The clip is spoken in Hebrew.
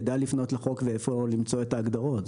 יידע לפנות לחוק ולמצוא את ההגדרות.